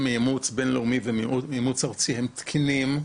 מאימוץ בין-לאומי ומאימוץ ארצי הם תקינים.